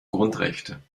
grundrechte